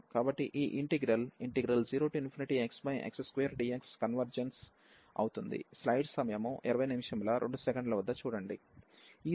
కాబట్టి ఈ integral 0x x2dx convergence అవుతుంది